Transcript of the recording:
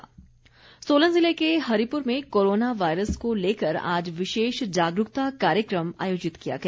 corona Solan ज़िले के हरिपुर में कोरोना वायरस को लेकर आज विशेष जागरूकता कार्यक्रम आयोजित किया गया